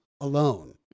alone